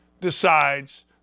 decides